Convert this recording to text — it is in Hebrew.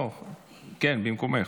במקומי?